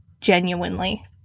genuinely